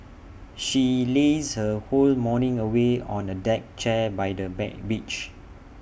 she lazed her whole morning away on A deck chair by the bed beach